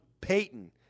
Payton